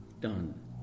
done